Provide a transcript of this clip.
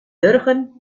wurgen